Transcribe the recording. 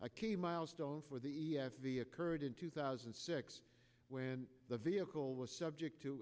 a keen milestone for the e f t occurred in two thousand and six when the vehicle was subject to